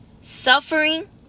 Suffering